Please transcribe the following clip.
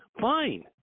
Fine